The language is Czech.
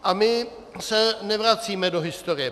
A my se nevracíme do historie.